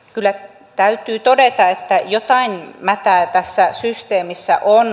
kyllä täytyy todeta että jotain mätää tässä systeemissä on